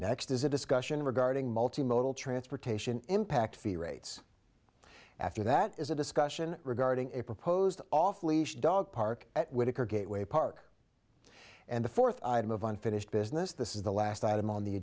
next is a discussion regarding multi modal transportation impact fee rates after that is a discussion regarding a proposed off leash dog park at whitaker gateway park and the fourth item of unfinished business this is the last item on the